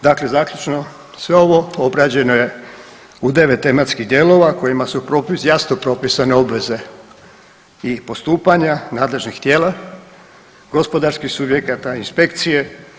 Dakle zaključno sve ovo obrađeno je u 9 tematskih dijelova kojima su propisane, jasno propisane obveze i postupanja nadležnih tijela, gospodarskih subjekata i inspekcije.